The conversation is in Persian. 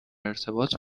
ارتباط